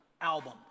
album